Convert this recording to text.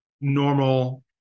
normal